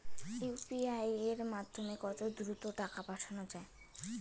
UPI এর মাধ্যমে কত দ্রুত টাকা পাঠানো যায়?